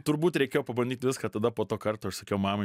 turbūt reikėjo pabandyt viską tada po to karto aš sakiau mamai